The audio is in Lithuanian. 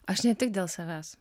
aš ne tik dėl savęs